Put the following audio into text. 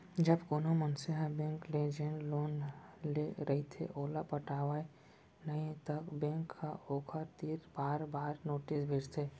जब कोनो मनसे ह बेंक ले जेन लोन ले रहिथे ओला पटावय नइ त बेंक ह ओखर तीर बार बार नोटिस भेजथे